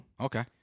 Okay